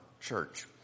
Church